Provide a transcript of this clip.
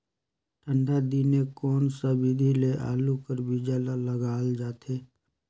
ठंडा दिने कोन सा विधि ले आलू कर बीजा ल लगाल जाथे?